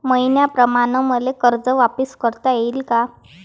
मईन्याप्रमाणं मले कर्ज वापिस करता येईन का?